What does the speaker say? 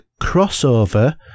crossover